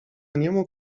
niemu